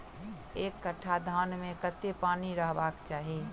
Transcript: एक कट्ठा धान मे कत्ते पानि रहबाक चाहि?